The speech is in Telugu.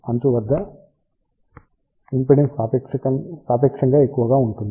అంచు వద్ద ఇంపిడెన్స్ సాపేక్షంగా ఎక్కువగా ఉంటుంది